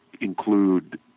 include